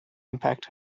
impact